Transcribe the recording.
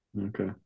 Okay